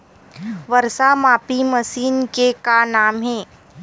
वर्षा मापी मशीन के का नाम हे?